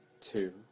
Two